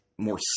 more